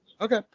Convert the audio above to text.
Okay